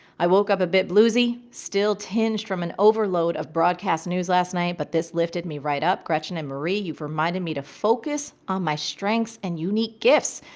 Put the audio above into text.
i woke up a bit bluesy still tinged from an overload of broadcast news last night, but this lifted me right up, gretchen and marie, you've reminded me to focus on my strengths and unique gifts,